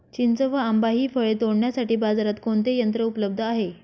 चिंच व आंबा हि फळे तोडण्यासाठी बाजारात कोणते यंत्र उपलब्ध आहे?